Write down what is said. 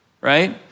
right